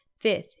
Fifth